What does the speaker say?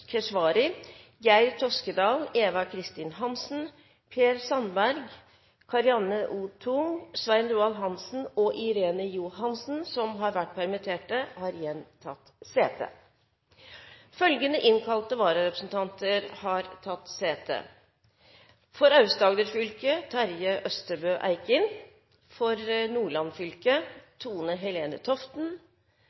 Keshvari, Geir S. Toskedal, Eva Kristin Hansen, Per Sandberg, Karianne O. Tung, Svein Roald Hansen og Irene Johansen, som har vært permittert, har igjen tatt sete. Følgende innkalte vararepresentanter har tatt sete: For Aust-Agder fylke: Terje Østebø Eikin For Nordland fylke: Tone-Helen Toften